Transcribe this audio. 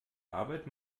arbeit